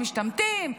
משתמטים,